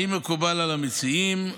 האם מקובל על המציעים?